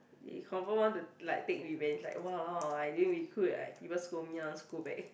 he confirm want to like take revenge like !walao! I didn't recruit people scold me I want scold back